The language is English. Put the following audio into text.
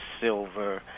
silver